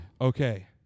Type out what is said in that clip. Okay